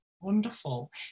Wonderful